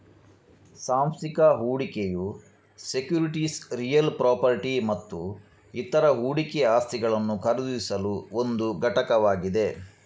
ಸಾಂಸ್ಥಿಕ ಹೂಡಿಕೆಯು securities real property ಮತ್ತು ಇತರ ಹೂಡಿಕೆ ಆಸ್ತಿಗಳನ್ನು ಖರೀದಿಸಲು ಒಂದು ಘಟಕವಾಗಿದೆ